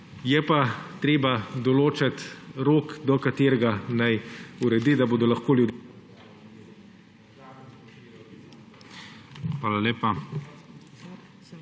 Je pa treba določiti rok, do katerega naj uredi, da bodo lahko ljudje …/